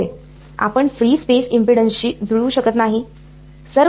होय आपण free space impedance शी जुळवू शकत नाही